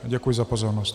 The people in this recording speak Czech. Děkuji za pozornost.